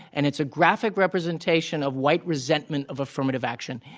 and it's a graphic representation of white resentment of affirmative action.